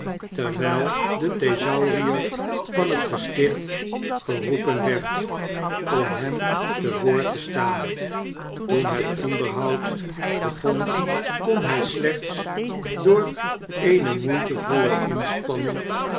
terwyl de thesaurier van het gesticht geroepen werd om hem te woord te staan toen het onderhoud begon kon hy slechts door eene moeitevolle inspanning